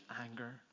anger